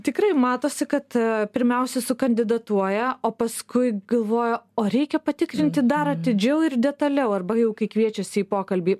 tikrai matosi kad pirmiausia sukandidatuoja o paskui galvoja o reikia patikrinti dar atidžiau ir detaliau arba jau kai kviečiasi į pokalbį